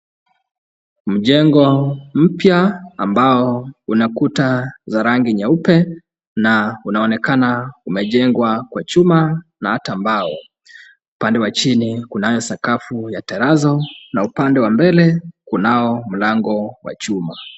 Mjengo mpya ambao una kuta za rangi nyeupe na unaonekana umejengwa kwa chuma na hata mbao. Upande wa chini kunayo sakafu ya tarazo na upande wa mbele kunao mlango wa chuma.